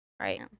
Right